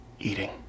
eating